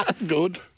Good